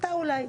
זכותה אולי,